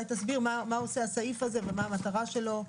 אולי תסביר מה עושה הסעיף הזה ומה המטרה שלו.